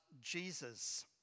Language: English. Jesus